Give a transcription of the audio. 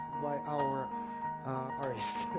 by our artists.